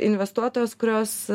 investuotojos kurios